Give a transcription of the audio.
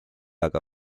aga